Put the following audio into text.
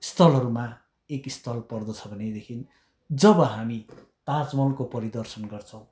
स्थलहरूमा एक स्थल पर्दछ भनेदेखि जब हामी ताजमहलको परिदर्शन गर्छौँ